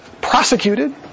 prosecuted